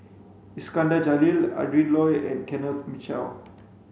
Iskandar Jalil Adrin Loi and Kenneth Mitchell